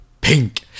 pink